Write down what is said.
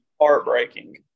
heartbreaking